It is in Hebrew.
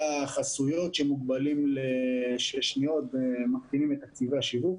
החסויות שמוגבלים לשניות ומקטינים את תקציבי השיווק.